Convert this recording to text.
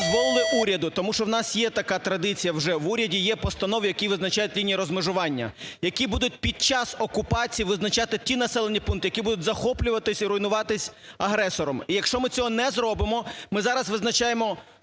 дозволили уряду, тому що у нас є така традиція вже уряді, є постанови, які визначають лінії розмежування, які будуть під час окупації визначати ті населені пункти, які будуть захоплюватися і руйнуватись агресором. І якщо ми цього не зробимо, ми зараз визначаємо